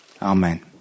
Amen